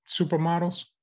Supermodels